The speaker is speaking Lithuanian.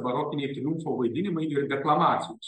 barokiniai triumfo vaidinimai ir deklamacijos